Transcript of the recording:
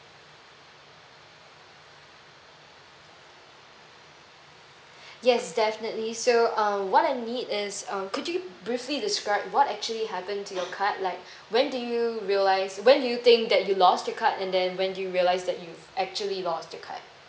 yes definitely so um what I need is um could you briefly describe what actually happened to your card like when do you realise when do you think that you lost your card and then when do you realise that you actually lost your card